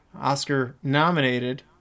Oscar-nominated